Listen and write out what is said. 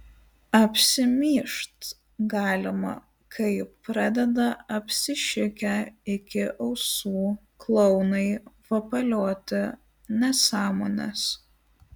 apsimyžt galima kai pradeda apsišikę iki ausų klounai vapalioti nesąmones